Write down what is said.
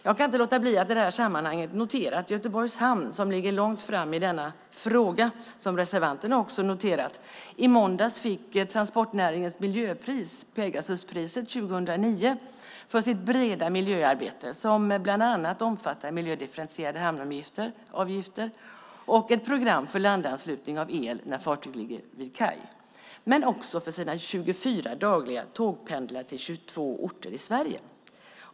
Jag kan inte låta bli att i det här sammanhanget notera att Göteborgs Hamn, som ligger långt framme i denna fråga, vilket reservanterna också har noterat, i måndags fick transportnäringens miljöpris, Pegasuspriset 2009, dels för sitt breda miljöarbete som bland annat omfattar miljödifferentierade hamnavgifter och ett program för landanslutning av el när fartyg ligger vid kaj, dels för sina 24 dagliga tågpendlar till 22 orter i Sverige.